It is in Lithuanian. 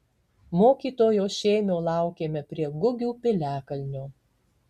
mokytojo šėmio laukėme prie gugių piliakalnio